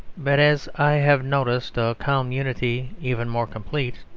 but as i have noticed a calm unity even more complete,